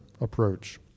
approach